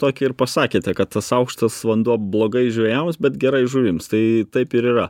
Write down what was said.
tokį ir pasakėte kad tas aukštas vanduo blogai žvejams bet gerai žuvims tai taip ir yra